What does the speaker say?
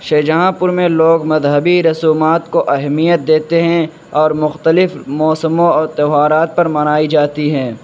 شاہجہاں پور میں لوگ مذہبی رسومات کو اہمیت دیتے ہیں اور مختلف موسموں اور تہوارات پر منائی جاتی ہیں